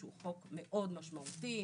שהוא חוק מאוד משמעותי,